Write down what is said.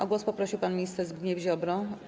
O głos poprosił pan minister Zbigniew Ziobro.